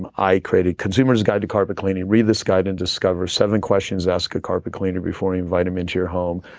and i created consumer's guide to carpet cleaning, read this guide and discover seven questions to ask a carpet cleaner before you invite him into your home,